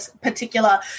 particular